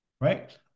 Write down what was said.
right